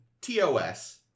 TOS